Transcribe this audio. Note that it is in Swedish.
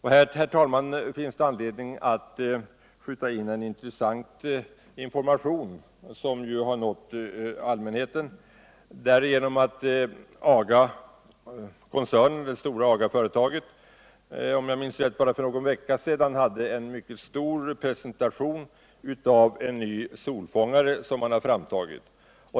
Här finns det anledning att skjuta in en intressant information som har nått allmänheten genom att AGA koncernen bara för någon vecka sedan - OM jag minns rätt — hade en mycket stor presentation av en ny solfångare som man har framtagit.